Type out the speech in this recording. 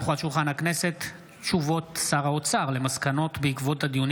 הונחו על שולחן הכנסת הודעות שר האוצר על מסקנות ועדת